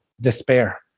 despair